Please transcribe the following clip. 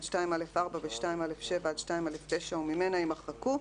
עד (2א4) ו-(2א7) עד (2א9) וממנה," יימחקו".